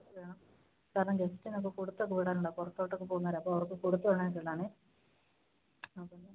വേണം കാരണം ഗസ്റ്റിനൊക്കെ കൊടുത്തൊക്കെ വിടാനുള്ളതാണ് പുറത്തോട്ടൊക്കെ പോകുന്നവരാണ് അപ്പം അവര്ക്ക് കൊടുത്ത് വിടാനായിട്ടുള്ളതാണ് ആ